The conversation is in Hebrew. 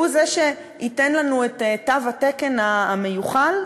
שהוא זה שייתן לנו את תו התקן המיוחל?